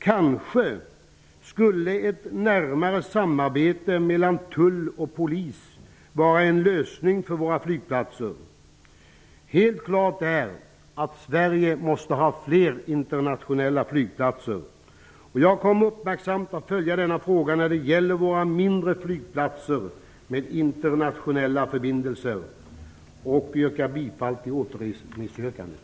Kanske skulle ett närmare samarbete mellan tull och polis vara lösningen för våra flygplatser. Sverige måste ha fler internationella flygplatser. Jag kommer uppmärksamt att följa denna fråga när det gäller våra mindre flygplatser med internationella förbindelser. Jag yrkar bifall till återremissyrkandet.